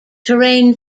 terrain